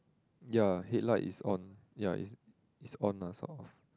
ya headlight is on ya it's it's on lah sort of